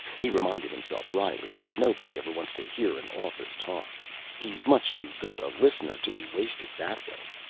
he reminded himself wryly that nobody ever wants to hear an author talk he's much too good a listener to be wasted that way.